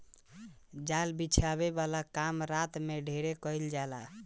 जाल बिछावे वाला काम रात में ढेर कईल जाला